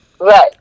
Right